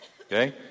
okay